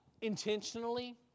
intentionally